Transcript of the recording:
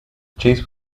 cheese